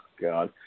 god